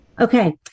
Okay